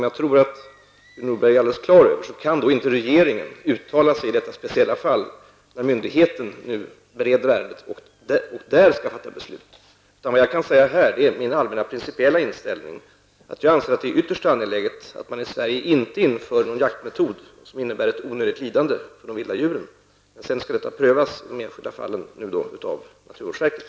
Jag tror att Gudrun Norberg är på det klara med att regeringen inte kan uttala sig i detta speciella fall när myndigheten bereder ärendet och skall fatta beslut där inom kort. Jag kan här redovisa min allmänna principiella inställning. Jag anser att det är ytterst angeläget att man inte inför en jaktmetod i Sverige som innebär ett onödigt lidande för de vilda djuren. Men nu skall detta prövas i det enskilda fallet av naturvårdsverket.